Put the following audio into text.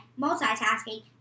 multitasking